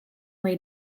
way